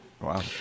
Wow